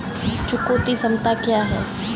चुकौती क्षमता क्या है?